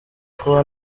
kuba